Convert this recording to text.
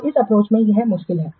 तो इस अप्रोच में यह मुश्किल है